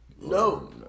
No